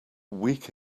week